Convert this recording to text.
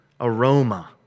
aroma